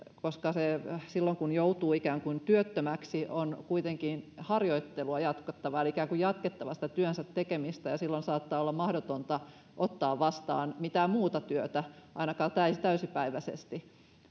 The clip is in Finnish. silloin kun joutuu ikään kuin työttömäksi on kuitenkin jatkettava harjoittelua eli ikään kuin jatkettava sitä työnsä tekemistä ja silloin saattaa olla mahdotonta ottaa vastaan mitään muuta työtä ainakaan täysipäiväisesti